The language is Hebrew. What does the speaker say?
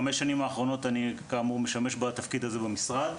בחמש השנים האחרונות אני משמש בתפקיד הזה במשרד.